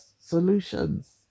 solutions